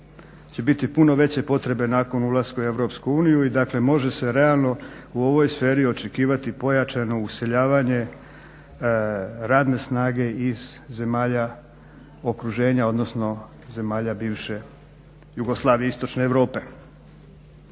će biti puno veće potrebe nakon ulaska u Europsku uniju i dakle može se realno u ovoj sferi očekivati pojačano useljavanje radne snage iz zemalja okruženja, odnosno zemalja bivše Jugoslavije i istočne Europe.